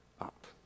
up